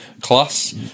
class